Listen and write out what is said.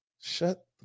shut